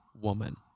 woman